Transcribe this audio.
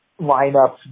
lineups